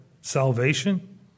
salvation